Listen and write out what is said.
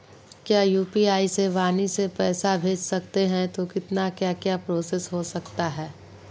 क्या यू.पी.आई से वाणी से पैसा भेज सकते हैं तो कितना क्या क्या प्रोसेस हो सकता है?